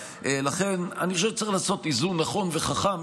לכן אני חושב שצריך לעשות איזון נכון וחכם.